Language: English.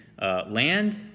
land